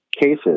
cases